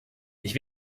ich